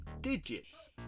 digits